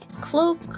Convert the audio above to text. cloak